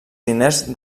diners